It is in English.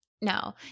No